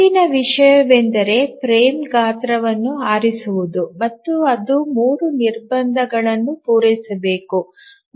ಮುಂದಿನ ವಿಷಯವೆಂದರೆ ಫ್ರೇಮ್ ಗಾತ್ರವನ್ನು ಆರಿಸುವುದು ಮತ್ತು ಅದು 3 ನಿರ್ಬಂಧಗಳನ್ನು ಪೂರೈಸಬೇಕು